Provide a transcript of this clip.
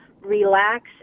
relax